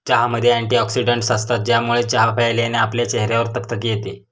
चहामध्ये अँटीऑक्सिडन्टस असतात, ज्यामुळे चहा प्यायल्याने आपल्या चेहऱ्यावर तकतकी येते